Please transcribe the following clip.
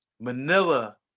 manila